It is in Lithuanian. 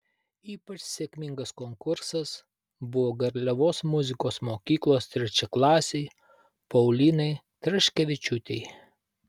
ypač sėkmingas konkursas buvo garliavos muzikos mokyklos trečiaklasei paulinai traškevičiūtei